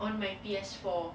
on my P_S four